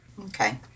Okay